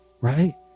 right